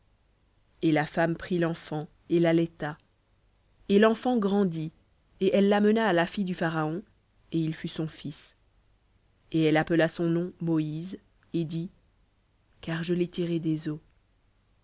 et la femme prit l'enfant et lallaita et l'enfant grandit et elle l'amena à la fille du pharaon et il fut son fils et elle appela son nom moïse et dit car je l'ai tiré des